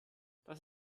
das